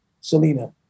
Selena